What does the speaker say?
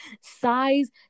size